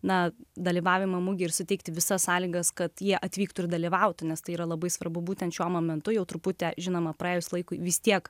na dalyvavimą mugėje ir suteikti visas sąlygas kad jie atvyktų ir dalyvautų nes tai yra labai svarbu būtent šiuo momentu jau truputį žinoma praėjus laikui vis tiek